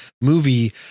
movie